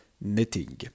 netting